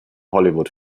hollywood